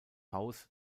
haus